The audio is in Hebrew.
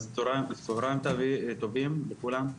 צהרים טובים לכולם,